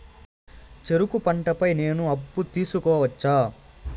చెరుకు పంట పై నేను అప్పు తీసుకోవచ్చా?